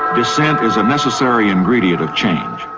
dissent is a necessary ingredient of change,